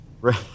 Right